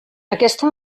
aquesta